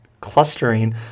clustering